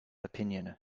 opinion